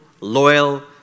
loyal